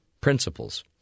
principles